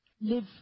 live